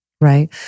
Right